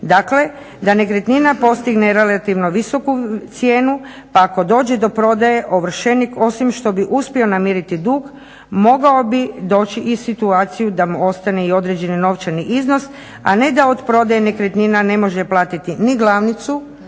Dakle, da nekretnina postoji na relativno visoku cijenu pa ako dođe do prodaje ovršenik osim što bi uspio namiriti dug mogao bi doći i u situaciju da mu ostane i određeni novčani iznos a ne da od prodaje nekretnina ne može platiti ni glavnicu